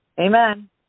Amen